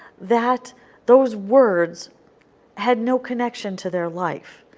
that those words had no connection to their life.